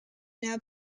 now